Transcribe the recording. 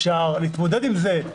אפשר להתמודד איתה,